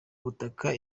butaka